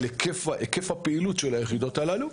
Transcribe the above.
על היקף הפעילות של היחידות הללו.